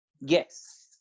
Yes